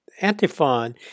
Antiphon